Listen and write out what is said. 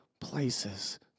places